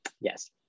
Yes